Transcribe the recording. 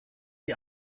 die